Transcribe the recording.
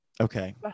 okay